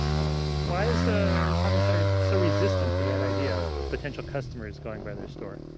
why is the shopping center so resistant to that idea, of potential customers going by their store?